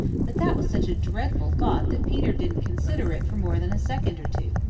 but that was such a dreadful thought that peter didn't consider it for more than a second or two.